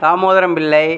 Damodaram Pillai